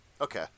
Okay